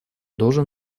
должен